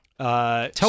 Tell